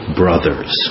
brothers